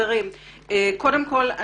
חברים קודם כל,